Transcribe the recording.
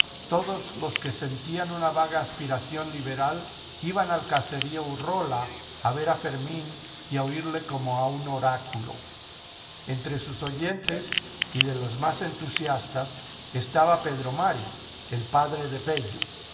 todos los que sentían una vaga aspiración liberal iban al caserío urrola a ver a fermín y a oirle como a un oráculo entre sus oyentes y de los más entusiastas estaba pedro mari el padre de